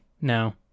no